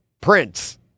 Prince